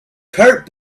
kurt